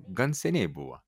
gan seniai buvo